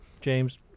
James